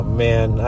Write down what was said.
man